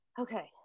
Okay